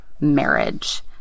marriage